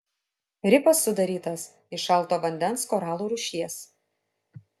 rifas sudarytas iš šalto vandens koralų rūšies